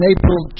April